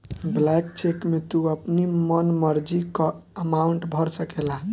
blank cheque में तू अपनी मन मर्जी कअ अमाउंट भर सकेला